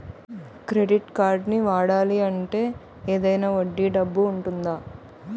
Credit కార్డ్ని వాడాలి అంటే ఏదైనా వడ్డీ డబ్బు ఉంటుందా?